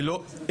ללא,